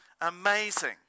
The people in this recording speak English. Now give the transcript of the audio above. Amazing